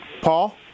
Paul